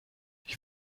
ich